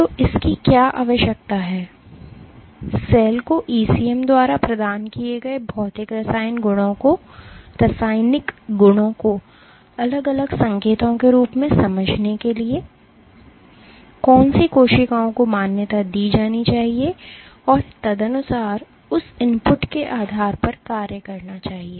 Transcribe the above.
तो इसकी क्या आवश्यकता है सेल को ईसीएम द्वारा प्रदान किए गए भौतिक रासायनिक गुणों को अलग अलग संकेतों के रूप में समझने के लिए कौन सी कोशिकाओं को मान्यता दी जानी चाहिए और तदनुसार उस इनपुट के आधार पर कार्य करना चाहिए